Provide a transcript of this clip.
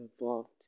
involved